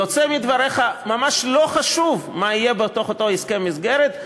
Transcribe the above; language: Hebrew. יוצא מדבריך שממש לא חשוב מה יהיה בתוך אותו הסכם מסגרת,